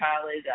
college